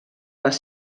les